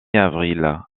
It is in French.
avril